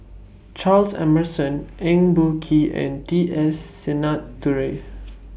Charles Emmerson Eng Boh Kee and T S Sinnathuray